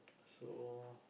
so